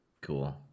Cool